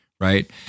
right